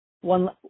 One